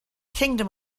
kingdom